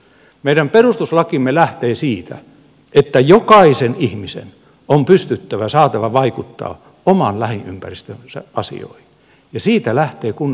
meidän perustuslakimme lähtee siitä että jokaisen ihmisen on saatava vaikuttaa oman lähiympäristönsä asioihin ja siitä lähtee kunnallinen demokratia